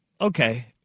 Okay